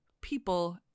people